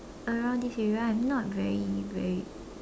around this area I'm not very very